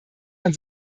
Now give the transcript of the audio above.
man